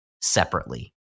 separately